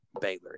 baylor